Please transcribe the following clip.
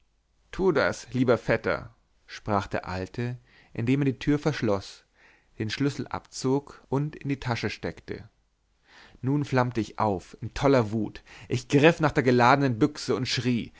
tue das lieber vetter sprach der alte indem er die tür verschloß den schlüssel abzog und in die tasche steckte nun flammte ich auf in toller wut ich griff nach der geladenen büchse und schrie